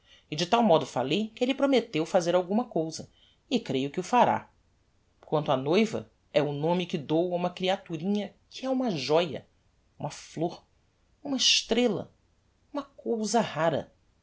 tal modo fallei que elle prometteu fazer alguma cousa e creio que o fará quanto á noiva é o nome que dou a uma creaturinha que é uma joia uma flôr uma estrella uma cousa rara